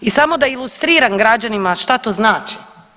I samo da ilustriram građanima šta to znači.